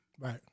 Right